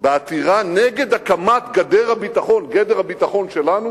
בעתירה נגד הקמת גדר הביטחון שלנו